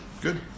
Good